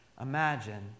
Imagine